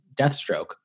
Deathstroke